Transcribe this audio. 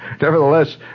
nevertheless